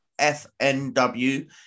FNW